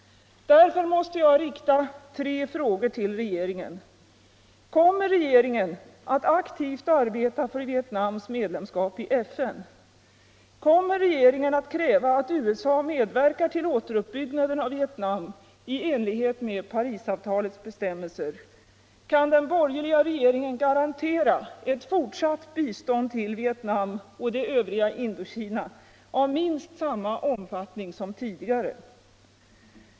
Därför måste jag rikta tre frågor till regeringen: Kommer regeringen att aktivt arbeta för Vietnams medlemskap i FN? Kommer regeringen att kräva att USA medverkar till återuppbyggnaden av Vietnam i enlighet med Parisavtalets bestämmelser? Kan den borgerliga regeringen garantera ett fortsatt bistånd till Vietnam och det övriga Indokina av minst samma omfattning som tidigare?